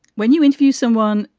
when you interview someone,